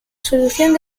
solución